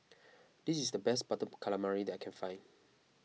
this is the best Butter Calamari that I can find